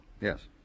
Yes